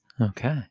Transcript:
Okay